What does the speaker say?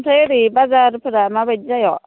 आमफ्राय ओरै बाजारफोरा माबायदि जायो